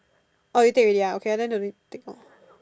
orh you take already ah okay ah then no need take lor